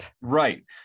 Right